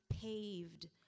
paved